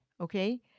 okay